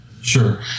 Sure